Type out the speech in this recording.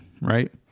right